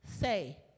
say